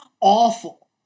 awful